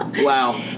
Wow